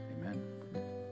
Amen